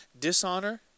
Dishonor